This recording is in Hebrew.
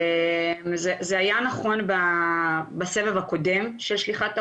זה היה נכון בסבב הקודם של שליחת ההודעות,